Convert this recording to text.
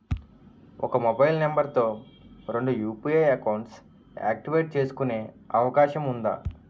ఒక mobile number తో రెండు యు.పి.ఐ అకౌంట్స్ యాక్టివేట్ చేసుకునే అవకాశం వుందా?